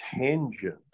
tangent